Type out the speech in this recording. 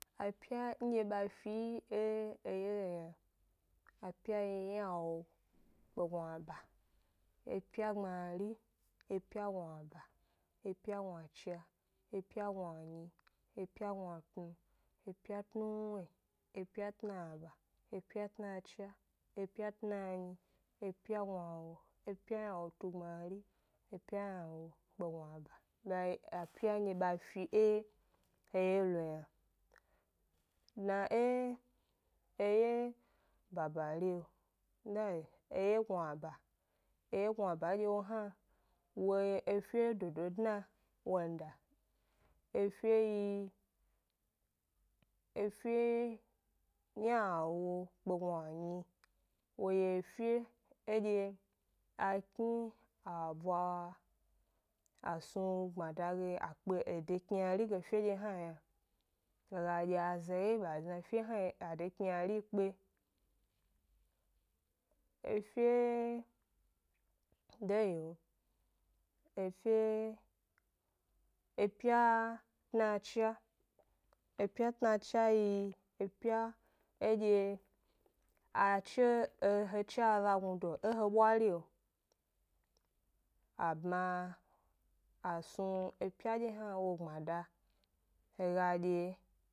Apya ndye ba fi e eyeo yna, apya yi ynawo kpe gnuaba, epya gbmari, epya gnuaba, epya gnuacha, epya gnuanyi, epya gnua tnu, epya tnuwnye, epya tnaba, epya tnacha, epya tnanyi, epya gnuawo, epya ynawo tu gbmari, epya ynawo tu gnuaba, ba yi apya ndye ba fi e eye lo yna. Dna e eye babario, de yi eye gnuaba, eye gnuaba edye wo hna, wo yi efe dodo dna wonda edye efe yi, efe ynawo kpe gnuanyi, wo yi efe edye a kni abwa a snu gbmada ge a kpe ede kynari ge fedye hna yna, he ga dye aza wye ba zna feri hna yi ede kynari kpe, efe de yio, efe epya tnachha, epya tnacha yi epya edye a che e he che aza gnudo e he bwario, a bma a snu epya dye hna wo gbada, he ga dye.